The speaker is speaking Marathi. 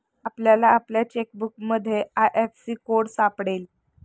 आपल्याला आपल्या चेकबुकमध्ये आय.एफ.एस.सी कोड सापडेल